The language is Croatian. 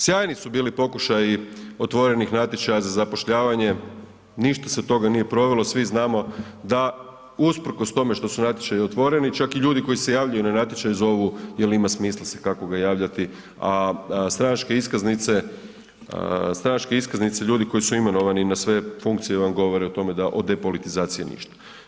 Sjajni su bili pokušaji otvorenih natječaja za zapošljavanje, ništa se od toga nije provelo svi znamo da usprkos tome što su natječaji otvoreni čak i ljudi koji se javljaju na natječaje zovu jer ima smisla se kakvoga javljati, a stranačke iskaznice, stranačke iskaznice ljudi koji su imenovani na sve funkcije vam govore o tome da od depolitizacije ništa.